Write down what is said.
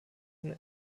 von